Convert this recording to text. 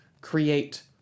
create